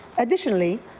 additionally,